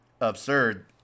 absurd